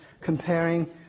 comparing